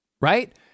right